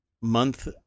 month